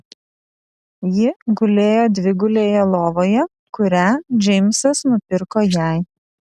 ji gulėjo dvigulėje lovoje kurią džeimsas nupirko jai